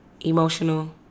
emotional